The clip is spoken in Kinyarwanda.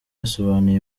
yasobanuye